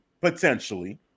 potentially